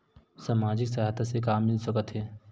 सामाजिक सहायता से का मिल सकत हे?